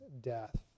death